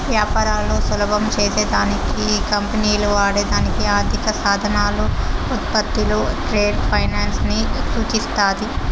వ్యాపారాలు సులభం చేసే దానికి కంపెనీలు వాడే దానికి ఆర్థిక సాధనాలు, ఉత్పత్తులు ట్రేడ్ ఫైనాన్స్ ని సూచిస్తాది